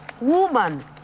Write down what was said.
woman